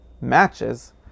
matches